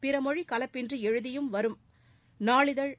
பிற மொழி கலப்பின்றி எழுதியும் வரும் நாளிதழ்